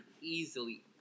easily